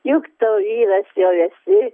juk tu vyras jau esi